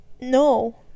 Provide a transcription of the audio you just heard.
No